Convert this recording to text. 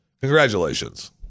Congratulations